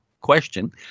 question